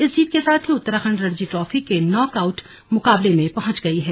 इस जीत के साथ ही उत्तराखंड रणजी ट्रॉफी के नॉक आउट मुकाबले में पहंच गई है